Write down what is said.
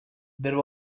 there